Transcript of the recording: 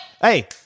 Hey